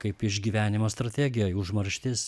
kaip išgyvenimo strategija užmarštis